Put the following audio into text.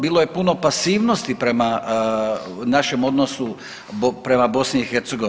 Bilo je puno pasivnosti prema našem odnosu, prema BiH.